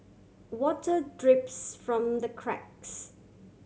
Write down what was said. water drips from the cracks